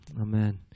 amen